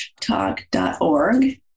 talk.org